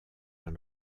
dans